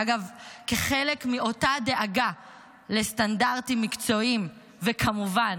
אגב, כחלק מאותה דאגה לסטנדרטים מקצועיים וכמובן